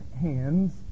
hands